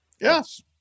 Yes